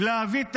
להביא את